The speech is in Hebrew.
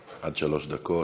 עד שלוש דקות.